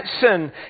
sin